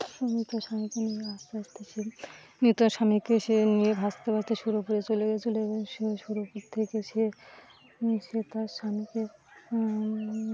মৃত স্বামীকে নিয়ে ভাসতে ভাসতে সে মৃত স্বামীকে সে নিয়ে ভাসতে ভাসতে করে চলে গেছিল এবং সে থেকে সে সে তার স্বামীকে